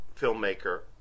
filmmaker